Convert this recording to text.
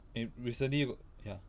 eh recently got ya